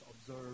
observe